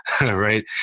right